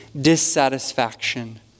dissatisfaction